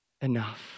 enough